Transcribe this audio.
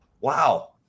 Wow